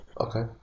Okay